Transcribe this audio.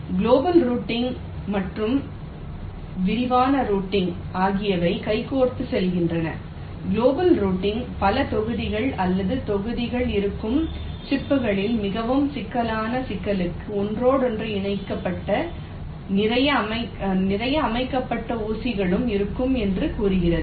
global routing மற்றும் விரிவான routing ஆகியவை கைகோர்த்துச் செல்கின்றன குளோபல் ரூட்டிங் பல தொகுதிகள் அல்லது தொகுதிகள் இருக்கும் சிப்ஸ்களில் மிகவும் சிக்கலான சிக்கலுக்கு ஒன்றோடொன்று இணைக்க நிறைய அமைக்கப்பட்ட ஊசிகளும் இருக்கும் என்று கூறுகிறது